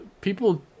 people